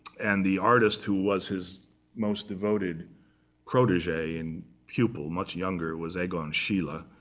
and the artist who was his most devoted protege and pupil, much younger, was egon schiele. ah